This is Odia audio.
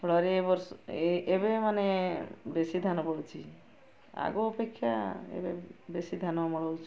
ଫଳରେ ଏ ବର୍ଷ ଏ ଏ ଏବେ ମାନେ ବେଶୀ ଧାନ ପଡ଼ୁଛି ଆଗ ଅପେକ୍ଷା ଏବେ ବେଶୀ ଧାନ ଅମଳ ହେଉଛି